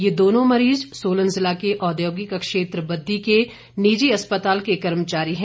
ये दोनों मरीज सोलन जिला के औद्योगिक क्षेत्र बद्दी के निजी अस्पताल के कर्मचारी हैं